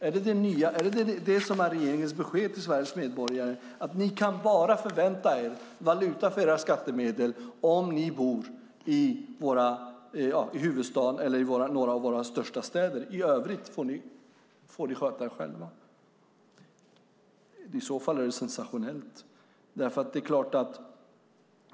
Är det detta som är regeringens besked till Sveriges medborgare, att de bara kan förvänta sig valuta för sina skattemedel om de bor i huvudstaden eller i några av våra största städer och att de i övrigt får sköta sig själva? I så fall är det sensationellt.